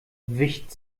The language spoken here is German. wicht